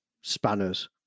spanners